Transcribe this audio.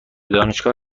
دانشگاه